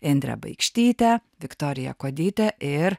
indre baikštyte viktorija kuodyte ir